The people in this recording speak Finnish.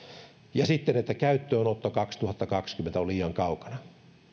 ja sitten pörssisäätiön mielestä käyttöönotto vuonna kaksituhattakaksikymmentä on liian kaukana